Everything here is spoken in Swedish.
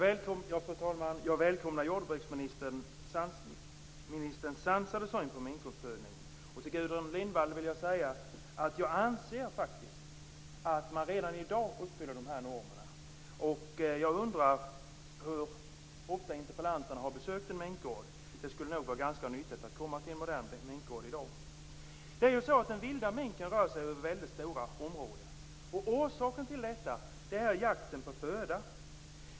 Fru talman! Jag välkomnar jordbruksministerns sansade syn på minkuppfödningen. Till Gudrun Lindvall vill jag säga att jag anser att man redan i dag uppfyller normerna. Jag undrar hur ofta interpellanterna har besökt en minkgård. Det skulle nog vara ganska nyttigt för dem att komma till en modern minkgård i dag. Den vilda minken rör sig ju över väldigt stora områden. Orsaken till detta är jakten på föda.